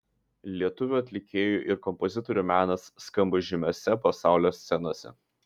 lietuvių atlikėjų ir kompozitorių menas skamba žymiose pasaulio scenose